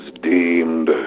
deemed